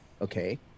okay